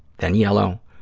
then yellow,